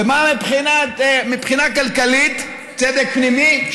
ומה מבחינה כלכלית, צדק פנימי?